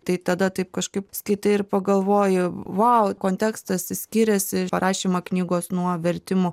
tai tada taip kažkaip skaitai ir pagalvoji vau kontekstas skiriasi parašymą knygos nuo vertimų